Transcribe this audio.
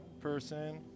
person